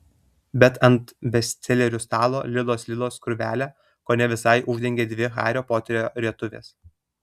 bet ant bestselerių stalo lilos lilos krūvelę kone visai uždengė dvi hario poterio rietuvės